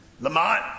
Lamont